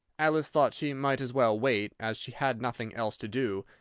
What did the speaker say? alice thought she might as well wait, as she had nothing else to do,